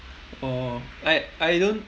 oh like I don't